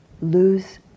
lose